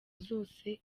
zose